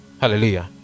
hallelujah